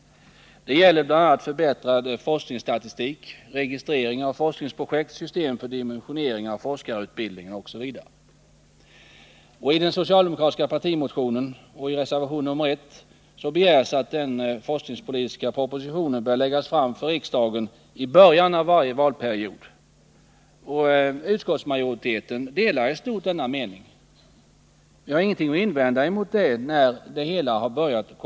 Det gäller bl.a. förbättrad forskningsstatistik, registrering av forskningsprojekt, system för dimensionering av forskarutbildning etc. I den socialdemokratiska partimotionen och i reservationen 1 framhålls att den forskningspolitiska propositionen bör läggas fram för riksdagen i början av varje valperiod, och utskottsmajoriteten delar i stort denna mening. Jag själv har inget att invända mot det.